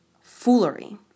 foolery